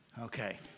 Okay